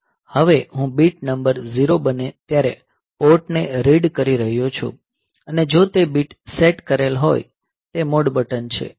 હવે હું bit number 0 બને ત્યારે પોર્ટ ને રીડ કરી રહ્યો છું અને જો તે બીટ સેટ કરેલ હોય તે મોડ બટન છે